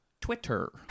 Twitter